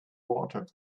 water